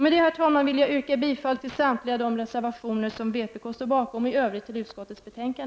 Med detta, herr talman, vill jag yrka bifall till samtliga de reservationer som vpk står bakom och i övrigt till utskottets hemställan.